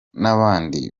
n’abandi